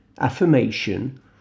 affirmation